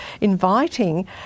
inviting